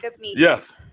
Yes